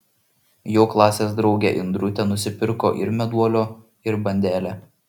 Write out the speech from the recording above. jo klasės draugė indrutė nusipirko ir meduolio ir bandelę